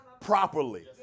properly